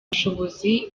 ubushobozi